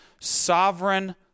Sovereign